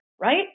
right